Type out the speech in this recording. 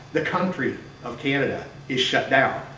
the country of canada is shut down.